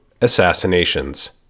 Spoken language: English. assassinations